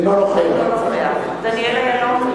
אינו נוכח דניאל אילון,